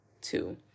two